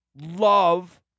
love –